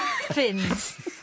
fins